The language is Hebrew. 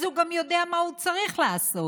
אז הוא גם יודע מה הוא צריך לעשות: